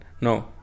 No